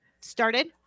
started